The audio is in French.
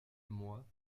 moi